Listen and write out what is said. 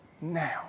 now